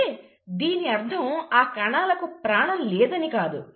అంటే దీనర్థం ఆ కణాలకు ప్రాణం లేదని కాదు